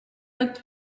looked